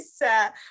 yes